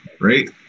right